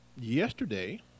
Yesterday